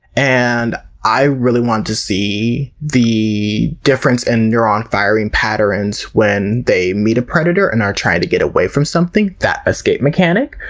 and i really wanted to see the difference in neuron firing patterns when they meet a predator and are trying to get away from something, that escape mechanic,